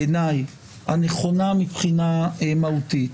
בעיניי הנכונה מבחינה מהותית,